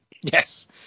Yes